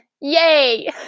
Yay